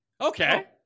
okay